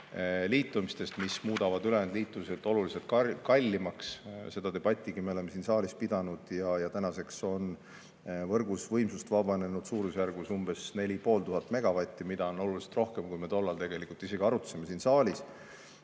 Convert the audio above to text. liitumistest, mis muudavad ülejäänud liitumised oluliselt kallimaks. Selle debati me oleme siin saalis pidanud ja tänaseks on võrgus võimsust vabanenud suurusjärgus 4500 megavatti. Seda on oluliselt rohkem, kui me tollal siin saalis